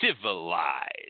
civilized